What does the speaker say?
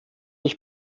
ich